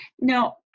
Now